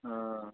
অঁ